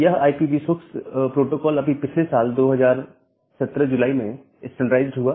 यह IPv6 protocol अभी पिछले साल जुलाई 2017 में स्टैंडराइज्ड हुआ